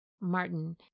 Martin